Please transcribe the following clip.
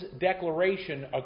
declaration